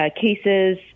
cases